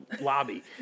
lobby